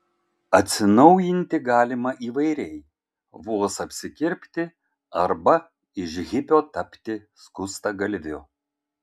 atsinaujinti galima įvairiai vos apsikirpti arba iš hipio tapti skustagalviu